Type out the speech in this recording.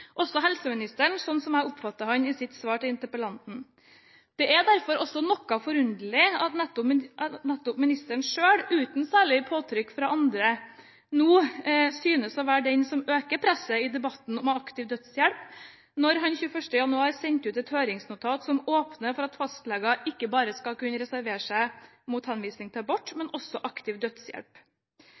også helseministeren, slik jeg oppfattet ham i hans svar til interpellanten. Det er derfor noe forunderlig at nettopp ministeren selv – uten særlig påtrykk fra andre – nå synes å være den som øker presset i debatten om aktiv dødshjelp da han 21. januar sendte ut et høringsnotat som åpner for at fastleger ikke bare skal kunne reservere seg mot henvisning til abort, men også aktiv dødshjelp.